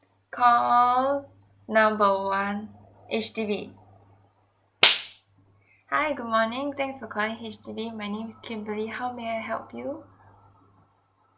call number one H_D_B hi good morning thanks for calling H_D_B my name is kimberly how may I help you